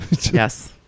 Yes